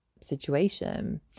situation